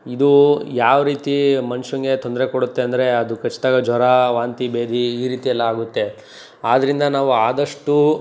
ಇದು ಯಾವ ರೀತಿ ಮನುಷ್ಯಂಗೆ ತೊಂದರೆ ಕೊಡುತ್ತೆ ಅಂದರೆ ಅದು ಕಚ್ದಾಗ ಜ್ವರ ವಾಂತಿ ಭೇದಿ ಈ ರೀತಿಯೆಲ್ಲ ಆಗುತ್ತೆ ಆದ್ರಿಂದ ನಾವು ಆದಷ್ಟು